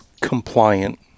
compliant